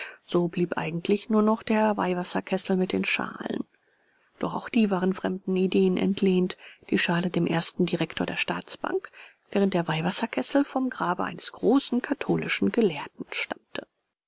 so blieb eigentlich nur noch der weihwasserkessel mit den schalen doch auch die waren fremden ideen entlehnt die schalen dem ersten direktor der staatsbank während der weihwasserkessel vom grabe eines großen katholischen gelehrten stammte